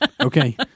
Okay